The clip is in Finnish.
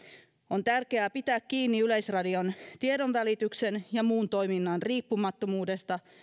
on tärkeää pitää kiinni yleisradion tiedonvälityksen ja muun toiminnan riippumattomuudesta